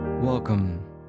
Welcome